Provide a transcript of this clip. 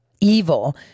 evil